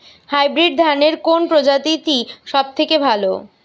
Hybrid ধানের কোন প্রজীতিটি সবথেকে ভালো?